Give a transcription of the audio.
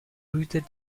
rooted